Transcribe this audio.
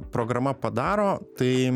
programa padaro tai